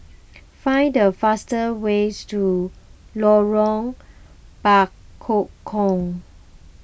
find the fastest way to Lorong Bekukong